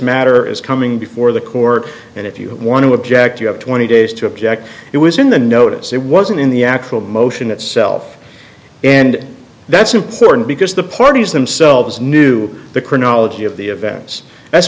matter is coming before the court and if you want to object you have twenty days to object it was in the notice it wasn't in the actual motion itself and that's important because the parties themselves knew the chronology of the events that's